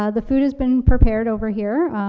um the food has been prepared over here,